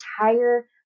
entire